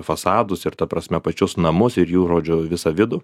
fasadus ir ta prasme pačius namus ir jų žodžiu visą vidų